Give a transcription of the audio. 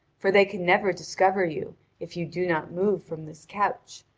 for they can never discover you if you do not move from this couch.